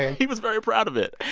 yeah he was very proud of it.